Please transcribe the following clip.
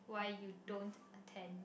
why you don't attend